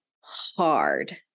hard